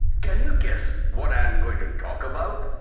can you guess what i am going to talk about?